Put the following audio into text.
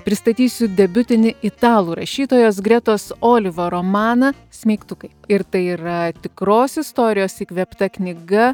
pristatysiu debiutinį italų rašytojos gretos oliva romaną smeigtukai ir tai yra tikros istorijos įkvėpta knyga